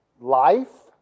life